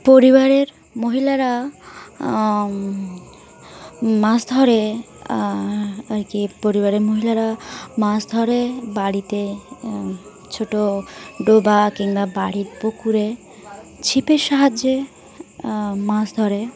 পরিবারের মহিলারা মাছ ধরে আর কি পরিবারের মহিলারা মাছ ধরে বাড়িতে ছোটো ডোবা কিংবা বাড়ির পুকুরে ছিপের সাহায্যে ধরে মহিলারা মাছ ধরে মাছ ধরে